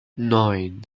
neun